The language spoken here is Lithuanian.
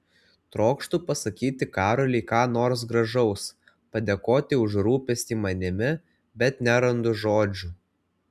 trokštu pasakyti karoliui ką nors gražaus padėkoti už rūpestį manimi bet nerandu žodžių